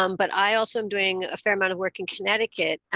um but i also am doing a fair amount of work in connecticut,